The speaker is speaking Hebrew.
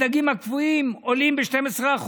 הדגים הקפואים עולים ב-12%,